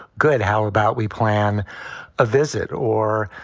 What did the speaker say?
good. how about we plan a visit or,